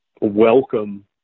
welcome